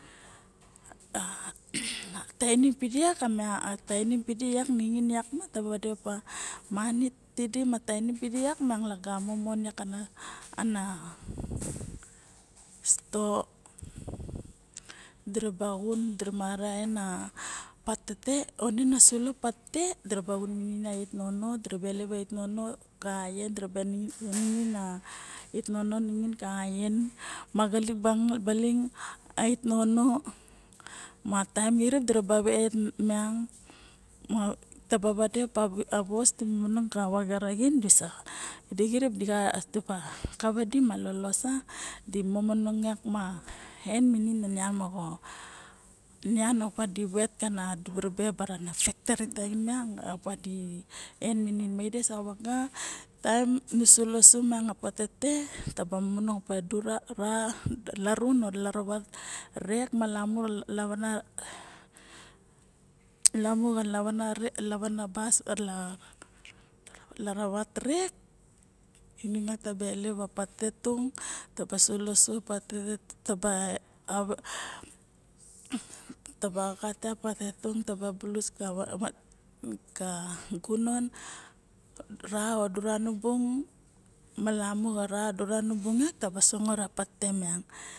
A va tainim pidi yak ma taba vade apa mani ti ma lagamo xa tainim miang lagamo ka sto sirapa xun minin yak sirapa xun siri maraxun minin xak a ait nono ka xien sirap ilep art nono idi en ka vien magalik banga ait nono ma tarim irik taba vot miang ma taba vadepa a vos di manang ka vaga raxin sixrip kava di ma lolos yak si momonong yak di en minin nian moxostor opian dibu tibe vet ka fectori mo ide soxa vaga taem si sulo su mian a pate taba momonong sura larun o laravat tek malomo xa lavan na bus mar rek ne miang dereba ilep diraba xaxat na miang deraba ilep xaxat lep diraba xiplep visik ka gunon ka ra o sura nu bung taba sangot na nian miang